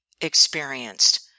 experienced